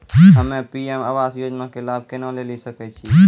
हम्मे पी.एम आवास योजना के लाभ केना लेली सकै छियै?